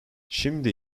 şimdi